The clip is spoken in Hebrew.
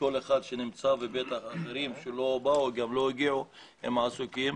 לכל אחד שנמצא ובטח גם לאחרים שלא הגיעו כי הם עסוקים.